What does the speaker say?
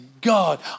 God